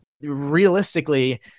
realistically